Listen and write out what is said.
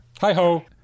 Hi-ho